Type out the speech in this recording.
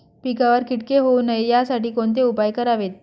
पिकावर किटके होऊ नयेत यासाठी कोणते उपाय करावेत?